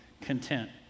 Content